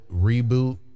reboot